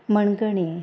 मणगणें